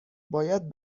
باید